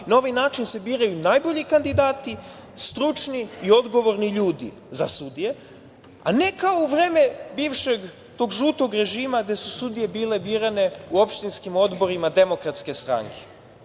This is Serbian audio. Na ovaj način se biraju najbolji kandidati, stručni i odgovorni ljudi za sudije, a ne kao u vreme bivšeg žutog režima gde su sudije bile birane u opštinskim odborima Demokratske stranke.